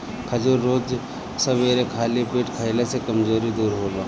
खजूर रोज सबेरे खाली पेटे खइला से कमज़ोरी दूर होला